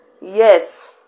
Yes